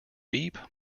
deep